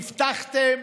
הבטחתם,